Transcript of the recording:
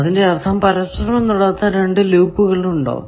അതിന്റെ അർഥം പരസ്പരം തൊടാത്ത 2 ലൂപ്പുകൾ ഉണ്ടോ